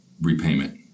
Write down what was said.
repayment